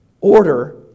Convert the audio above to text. order